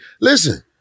Listen